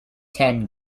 ten